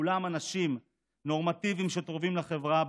כולם אנשים נורמטיביים שתורמים לחברה,